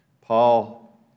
Paul